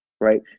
Right